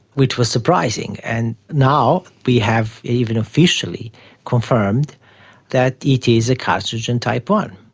which was surprising. and now we have even officially confirmed that it is a carcinogen type one.